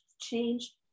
change